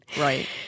Right